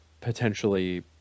potentially